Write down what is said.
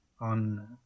on